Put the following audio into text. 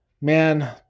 man